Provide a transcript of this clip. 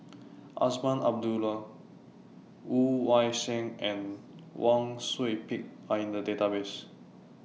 Azman Abdullah Woon Wah Siang and Wang Sui Pick Are in The Database